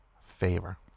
favor